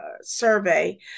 survey